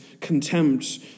contempt